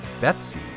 Betsy